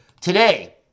today